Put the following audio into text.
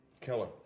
Keller